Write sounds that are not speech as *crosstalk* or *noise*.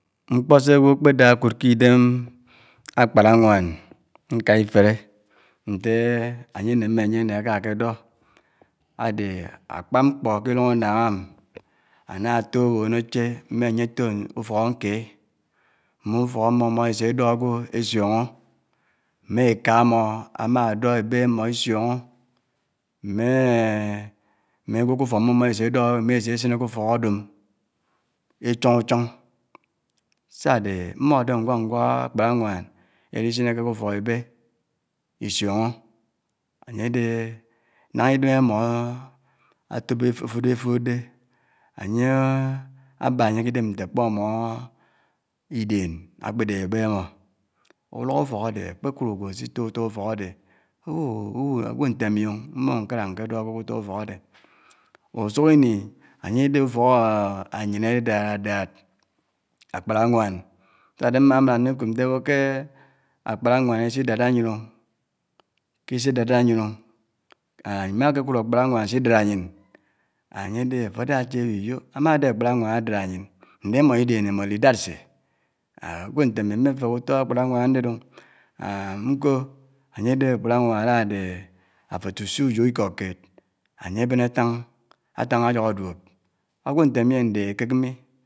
Mkpo sè ágwò ákpè dà ákud idèm ákpáràwàn, nká-ifèrè ntè ányè nèmmè ánè, ne ákaa ákè dò, ádè ákpá mkpò kè ilòng ánnáng m, áná tò nwòn áché mè ányè átò ufòk ánkè? Mè ufòk ámmò móásè dó ágwò ésiònò, mè ékà ámò ámà dò ébé ámò isiònò mè, mè *hesitation* ágwò k'ufòk ámmò mò ásè dó, mè ásè sinè k'ufòk ádò échòng uchòng, sá ádè mmódé nwák nwák ákpáráwán, édi sinèkè k'ufòk ébé isiónó, ányè dé ná idém ámò átókpó éfud éfód dé, ányè bá ányè kè idém nté ákpò ámò idèn ákpèdè èbè ámò, uluk ufòk ádè ákpèkud ágwò si tò utò ufòk ádè ubuhu, ubuhu, ágwò nté ámi o mbòhò nkádá nkè dò ágwò k'utò ufòk ádè. Usuk ini ányè dé ufok áyén ádád ádád, ákpáráwán ndád dè mmà máná ndikòb ntè ábò ké ákpáráwán isi dád á áyén o k'isi dád á áyén o ámá kè kud ákpáráwán isi dád áyén ányè adè áfò ádá áshè ábò iyò ámádè ákpáráwán ádád áyén ndè mmò idèn ámmò álĩdád sé? Ágwò nté mi, mmé fèhè utò ákpáráwán ándédé o, nkò ányè bèn átáng, átáng áyòhò duòb. Ágwò nté ámi ndèhè èkèk mi